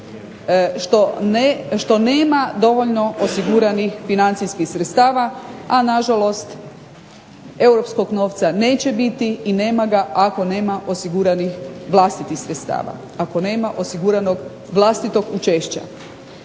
što nema dovoljno osiguranih financijskih sredstava, a nažalost europskog novca neće biti i nema ga ako nema osiguranih vlastitih sredstava, ako nema osiguranog vlastitog učešća.